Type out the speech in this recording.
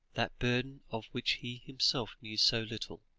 that burden of which he himself knew so little.